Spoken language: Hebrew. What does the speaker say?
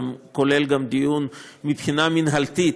כולל דיון מבחינה מינהלתית,